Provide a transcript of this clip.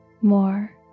more